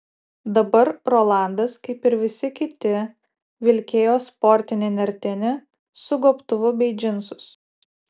dabar rolandas kaip ir visi kiti vilkėjo sportinį nertinį su gobtuvu bei džinsus